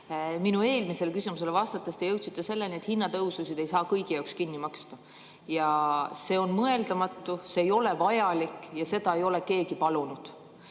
Minu eelmisele küsimusele vastates te jõudsite selleni, et hinnatõususid ei saa kõigi jaoks kinni maksta. See on mõeldamatu, see ei ole vajalik ja seda ei olegi teilt keegi palunud.